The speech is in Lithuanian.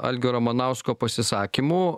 algio ramanausko pasisakymų